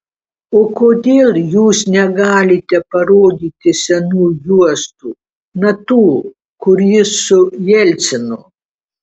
o kodėl jūs negalite parodyti senų juostų na tų kur jis su jelcinu